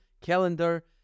calendar